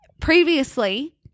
previously